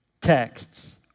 texts